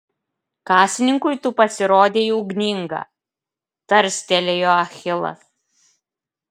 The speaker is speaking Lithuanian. kasininkui tu pasirodei ugninga tarstelėjo achilas